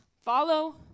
follow